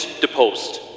deposed